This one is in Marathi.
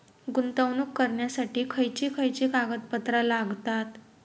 गुंतवणूक करण्यासाठी खयची खयची कागदपत्रा लागतात?